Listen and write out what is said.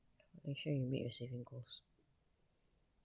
make sure you meet your saving goals